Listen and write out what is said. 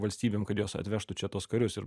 valstybėm kad jos atvežtų čia tuos karius ir